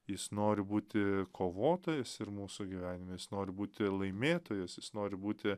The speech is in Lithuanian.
jis nori būti kovotojas ir mūsų gyvenime jis nori būti laimėtojas nori būti